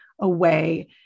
away